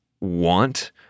want